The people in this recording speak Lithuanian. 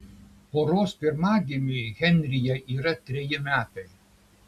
poros pirmagimiui henryje yra treji metai